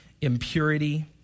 impurity